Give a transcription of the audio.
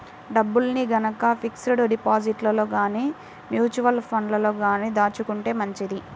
డబ్బుల్ని గనక ఫిక్స్డ్ డిపాజిట్లలో గానీ, మ్యూచువల్ ఫండ్లలో గానీ దాచుకుంటే మంచిది